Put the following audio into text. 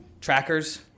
trackers